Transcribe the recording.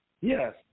Yes